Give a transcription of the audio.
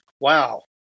wow